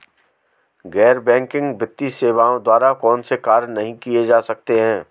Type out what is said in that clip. गैर बैंकिंग वित्तीय सेवाओं द्वारा कौनसे कार्य नहीं किए जा सकते हैं?